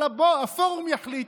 אבל הפורום יחליט,